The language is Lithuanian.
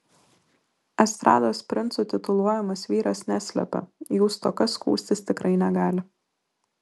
estrados princu tituluojamas vyras neslepia jų stoka skųstis tikrai negali